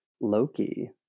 Loki